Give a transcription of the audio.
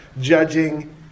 judging